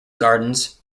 gardens